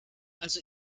also